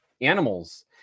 animals